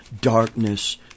darkness